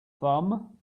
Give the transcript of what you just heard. thumb